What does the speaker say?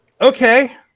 Okay